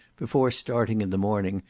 before starting in the morning,